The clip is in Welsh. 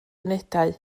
unedau